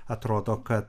atrodo kad